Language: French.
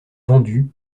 vendu